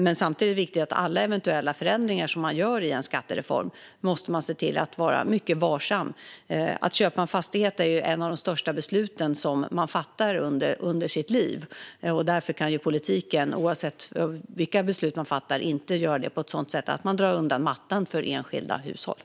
Samtidigt är det viktigt att alla eventuella förändringar som man gör i en skattereform måste man se till att vara mycket varsam med. Att köpa en fastighet är ett av de största beslut som människor fattar under sitt liv. Därför kan politiken oavsett vilka beslut man fattar inte göra det på ett sådant sätt att man drar undan mattan för enskilda hushåll.